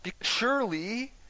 Surely